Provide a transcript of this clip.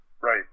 Right